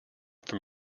from